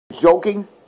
joking